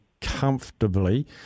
comfortably